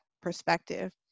perspective